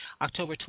October